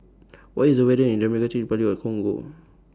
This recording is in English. What IS The weather in Democratic Republic of Congo